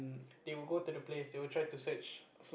they would go to the place they would try to search